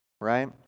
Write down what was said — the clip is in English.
right